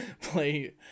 play